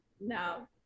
No